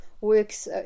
works